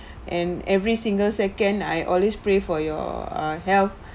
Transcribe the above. and every single second I always pray for your ah health